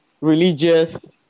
religious